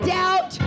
doubt